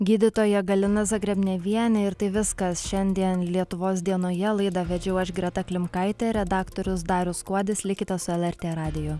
gydytoja galina zagrebnevienė ir tai viskas šiandien lietuvos dienoje laidą vedžiau aš greta klimkaitė redaktorius darius kuodis likite su lrt radiju